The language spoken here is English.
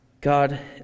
God